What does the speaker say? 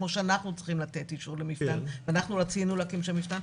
כמו שאנחנו צריכים לתת אישור למפתן ואנחנו רצינו להקים שם מפתן,